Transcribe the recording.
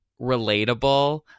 relatable